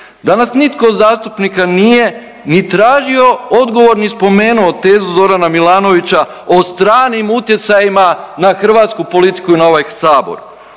Danas nitko od zastupnika nije ni tražio odgovor, ni spomenuo tezu Zorana Milanovića o stranim utjecajima na hrvatsku politiku i na ovaj Sabor.